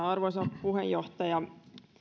arvoisa puheenjohtaja